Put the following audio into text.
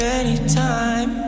anytime